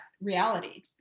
reality